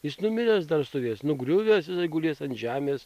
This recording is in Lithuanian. jis numiręs dar stovės nugriuvęs gulės ant žemės